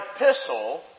epistle